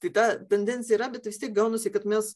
tai ta tendencija yra bet vis tiek gaunasi kad mes